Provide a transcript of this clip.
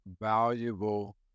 valuable